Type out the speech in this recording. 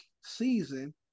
season